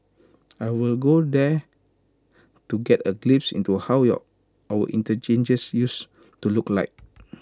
I will go there to get A glimpse into how our interchanges used to look like